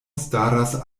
staras